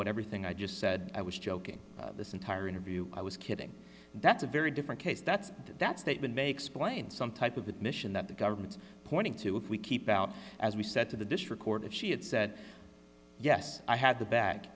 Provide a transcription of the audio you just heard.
what everything i just said i was joking this entire interview i was kidding that's a very different case that's that's that makes plain some type of admission that the government's pointing to if we keep out as we said to the district court if she had said yes i had the ba